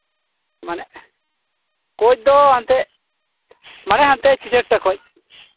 ᱢᱟᱱᱮ ᱠᱳᱪ ᱫᱚ ᱮᱱᱛᱮᱫ ᱢᱟᱱᱮ ᱦᱟᱱᱛᱮ ᱪᱟᱹᱨᱴᱟ ᱠᱷᱚᱱ